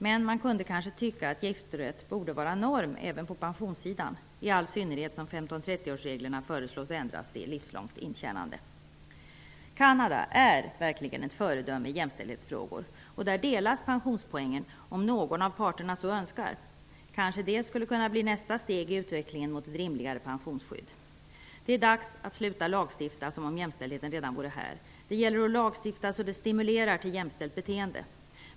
Men man kunde kanske tycka att giftorätt borde vara norm även på pensionssidan, detta i all synnerhet som Canada är verkligen ett föredöme i jämställdhetsfrågor. I Canada delas pensionspoängen om någon av parterna så önskar. Skulle det kanske kunna bli nästa steg i utvecklingen mot ett rimligare pensionsskydd? Det är dags att sluta lagstifta som om jämställdheten redan vore här. Det gäller att lagstifta så att det stimulerar till ett jämställt beteende.